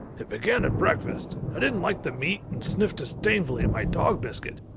it began at breakfast i didn't like the meat and sniffed disdainfully at my dog-biscuit.